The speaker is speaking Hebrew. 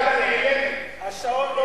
איך עשרה אנשים, מלבד שלושה חברי הסיעות החרדיות?